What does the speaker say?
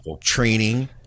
training